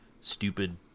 stupid